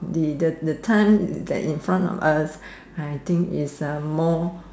they does the time in front of us I think is more